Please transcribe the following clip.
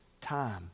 time